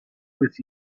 with